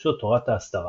שפירושו תורת ההסתרה,